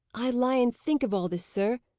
i lie and think of all this, sir.